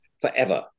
forever